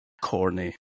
corny